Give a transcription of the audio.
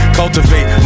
cultivate